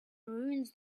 ruins